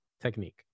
technique